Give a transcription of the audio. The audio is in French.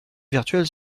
virtuelles